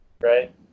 Right